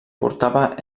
portava